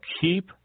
keep